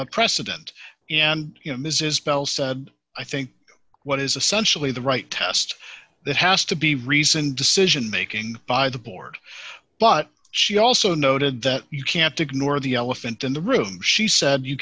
a president and you know mrs pell said i think what is essentially the right test that has to be reasoned decision making by the board but she also noted that you can't ignore the elephant in the room she said you